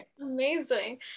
Amazing